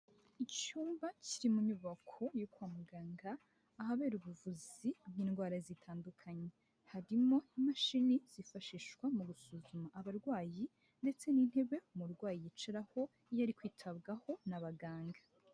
Icyumba kiri mu nyubako yo kwa muganga ahabera ubuvuzi bw'indwara zitandukanye. Harimo imashini zifashishwa mu gusuzuma abarwayi ndetse n'intebe umurwayi yicaraho iyo ari kwitabwaho n'abaganga.